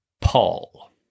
Paul